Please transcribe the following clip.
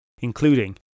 including